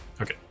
Okay